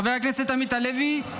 חבר הכנסת עמית הלוי,